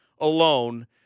alone